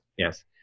Yes